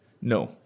No